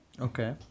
Okay